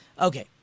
Okay